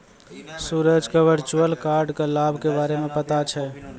सूरज क virtual card क लाभ के बारे मे पता छै